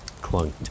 clunked